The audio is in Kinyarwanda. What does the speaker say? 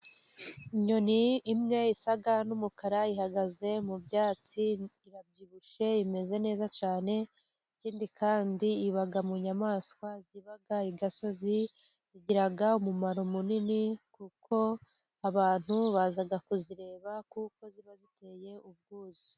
Inyoni imwe isa n'umukara ihagaze mu byatsi, irabyibushye imeze neza cyane. Ikindi kandi iba mu nyamaswa zibaga igasozi. Zigira umumaro munini kuko abantu baza kuzireba, kuko ziba ziteye ubwuzu.